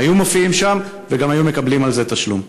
הם היו מופיעים שם וגם היו מקבלים על זה תשלום.